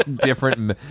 Different